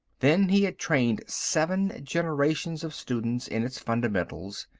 then he had trained seven generations of students in its fundamentals.